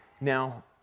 now